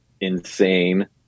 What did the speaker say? insane